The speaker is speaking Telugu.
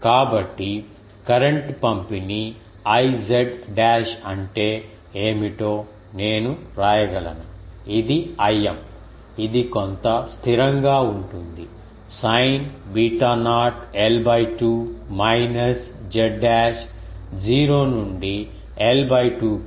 కాబట్టి కరెంట్ పంపిణీ I డాష్ అంటే ఏమిటో నేను వ్రాయగలను ఇది Im ఇది కొంత స్థిరంగా ఉంటుంది sine beta naught l 2 minus z dash 0 నుండి l 2 కి